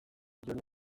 joni